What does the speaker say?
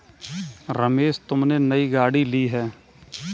रमेश तुमने नई गाड़ी ली हैं